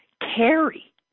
carry